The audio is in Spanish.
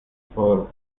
por